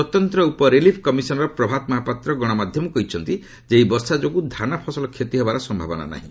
ସ୍ୱତନ୍ତ୍ର ଉପ relief commissioner Prabhat Mahapatra ଗଣମାଧ୍ୟମକୁ କହିଛନ୍ତି ଯେ ଏହି ବର୍ଷା ଯୋଗୁଁ ଧାନ ଫସଲ କ୍ଷତି ହେବାର ସମ୍ଭାବନା ନାହିଁ